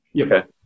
Okay